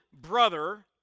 brother